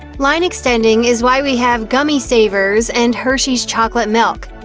line extending is why we have gummi savers and hershey's chocolate milk.